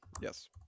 Yes